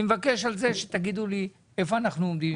אני מבקש על זה שתגידו לי איפה אנחנו עומדים,